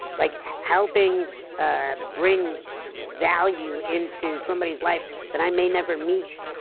like helping ah bring value into somebody's life that i may never meet,